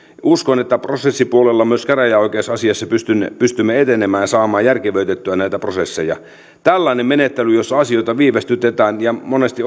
uskon että prosessipuolella myös käräjäoikeusasiassa pystymme pystymme etenemään saamaan järkevöitettyä näitä prosesseja tällainen menettely jossa asioita viivästytetään ja monesti